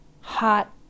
hot